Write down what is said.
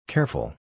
Careful